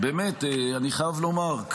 אני חייב לומר,